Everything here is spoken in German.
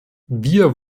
wir